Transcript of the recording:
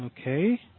Okay